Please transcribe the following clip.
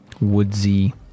woodsy